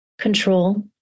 control